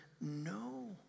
no